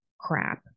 crap